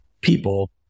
people